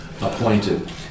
appointed